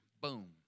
boom